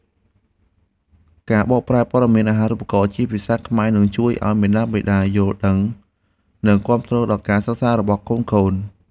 ការបកប្រែព័ត៌មានអាហារូបករណ៍ជាភាសាខ្មែរនឹងជួយឱ្យមាតាបិតាយល់ដឹងនិងគាំទ្រដល់ការសិក្សារបស់កូនៗ។